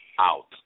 out